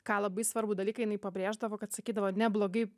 ką labai svarbų dalyką jinai pabrėždavo kad sakydavo neblogai